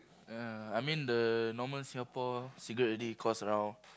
uh I mean the normal Singapore cigarette already cost around